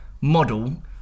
model